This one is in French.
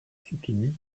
soutenus